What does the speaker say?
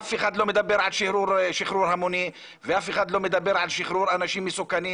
אף אחד לא מדבר על שחרור המוני ואף אחד לא מדבר על שחרור אנשים מסוכנים.